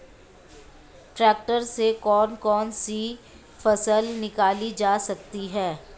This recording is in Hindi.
ट्रैक्टर से कौन कौनसी फसल निकाली जा सकती हैं?